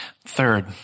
Third